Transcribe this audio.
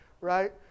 right